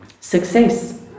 success